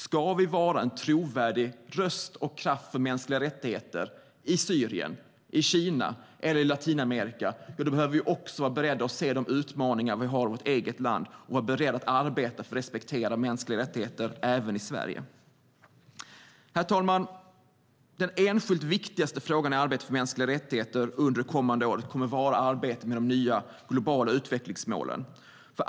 Ska vi vara en trovärdig röst och kraft för mänskliga rättigheter i Syrien, i Kina eller i Latinamerika behöver vi också vara beredda att se de utmaningar vi har i vårt eget land och vara beredda att arbeta för att respektera mänskliga rättigheter även i Sverige. Herr talman! Den enskilt viktigaste frågan i arbetet för mänskliga rättigheter under det kommande året kommer att vara arbetet med de nya globala utvecklingsmålen.